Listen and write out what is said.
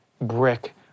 brick